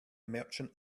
merchant